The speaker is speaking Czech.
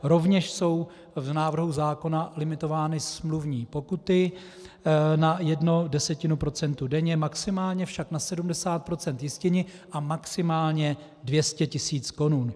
Rovněž jsou v návrhu zákona limitovány smluvní pokuty na 0,1 % denně, maximálně však na 70 % jistiny a maximálně 200 tisíc korun.